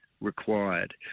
required